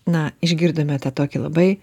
na išgirdome tą tokį labai